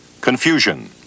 Confusion